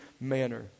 manner